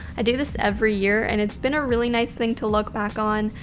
i do this every year and it's been a really nice thing to look back on.